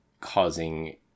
causing